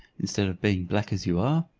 instead of being black as you are?